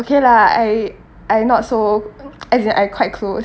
okay lah I I not so as in I quite close